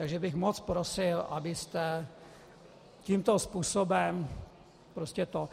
Takže bych moc prosil, abyste tímto způsobem prostě to...